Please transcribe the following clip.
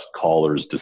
callers